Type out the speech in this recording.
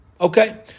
Okay